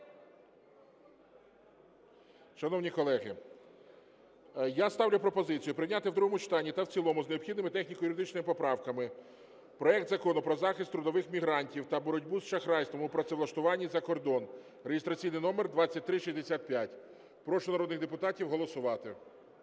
шановні колеги! Я ставлю пропозицію прийняти в другому читанні та в цілому з необхідними техніко-юридичними поправками проект Закону про захист трудових мігрантів та боротьбу з шахрайством у працевлаштуванні за кордон (реєстраційний номер 2365). Прошу народних депутатів голосувати.